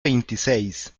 veintiséis